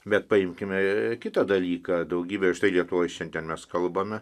bet paimkime kitą dalyką daugybė štai lietuvoj šiandien mes kalbame